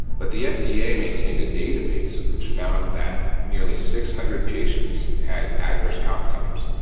but the fda yeah maintained a database which found that nearly six hundred patients had adverse outcomes,